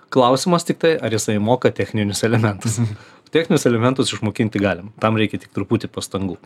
klausimas tiktai ar jisai moka techninius elementus techninius elementus išmokinti galima tam reikia tik truputį pastangų